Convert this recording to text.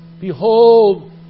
Behold